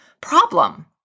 problem